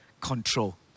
control